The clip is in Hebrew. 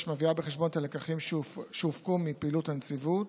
מביאה בחשבון את הלקחים שהופקו מפעילות הנציבות,